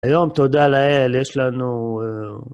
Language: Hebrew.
היום תודה לאל, יש לנו...